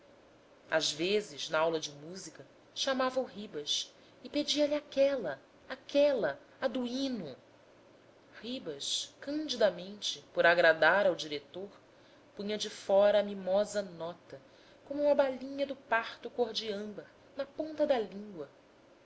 às vezes na aula de música chamava o ribas e pedia-lhe aquela aquela a do hino ribas candidamente por agradar ao diretor punha de fora a mimosa nota como uma balinha de parto cor de âmbar na ponta da língua